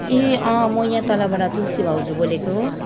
ए अँ म यहाँ तलबाट तुलसी भाउजू बोलेको